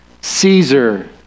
Caesar